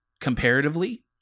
comparatively